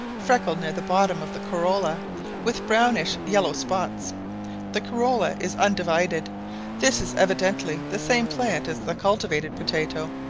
freckled near the bottom of the corolla with brownish yellow spots the corolla is undivided this is evidently the same plant as the cultivated potatoe,